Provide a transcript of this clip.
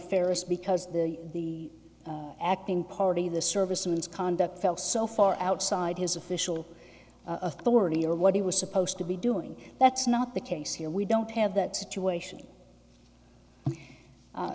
fairest because the acting party the service and conduct fell so far outside his official authority or what he was supposed to be doing that's not the case here we don't have that situation